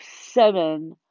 seven